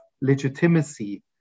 legitimacy